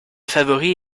favoris